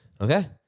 Okay